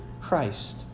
Christ